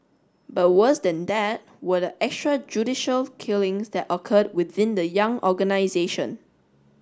but worse than that were the extrajudicial killings that occurred within the young organisation